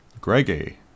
Greggy